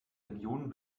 regionen